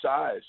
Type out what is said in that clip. size